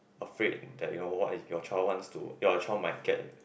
upgrade that your what is your child wants to your child might get